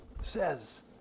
says